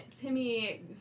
Timmy